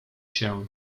się